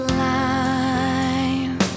line